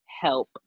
help